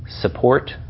support